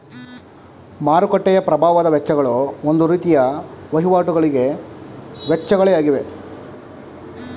ಮಾರುಕಟ್ಟೆಯ ಪ್ರಭಾವದ ವೆಚ್ಚಗಳು ಒಂದು ರೀತಿಯ ವಹಿವಾಟಿಗಳಿಗೆ ವೆಚ್ಚಗಳ ಆಗಿವೆ